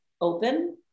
open